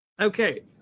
Okay